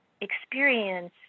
experience